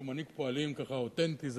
שהוא מנהיג פועלים ככה אותנטי,